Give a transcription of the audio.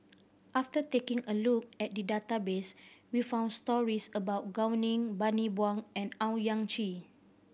after taking a look at the database we found stories about Gao Ning Bani Buang and Owyang Chi